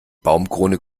baumkrone